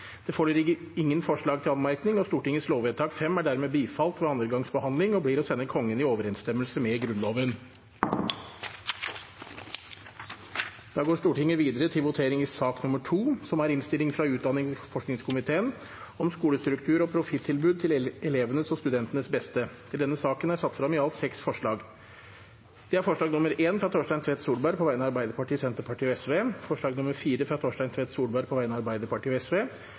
Det foreligger ingen forslag til anmerkning. Stortingets lovvedtak er dermed bifalt ved andre gangs behandling og blir å sende Kongen i overensstemmelse med Grunnloven. Under debatten er det satt frem i alt seks forslag. Det er forslagene nr. 1–3, fra Torstein Tvedt Solberg på vegne av Arbeiderpartiet, Senterpartiet og Sosialistisk Venstreparti forslag nr. 4, fra Torstein Tvedt Solberg på vegne av Arbeiderpartiet og